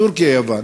טורקיה ויוון,